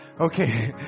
Okay